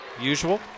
usual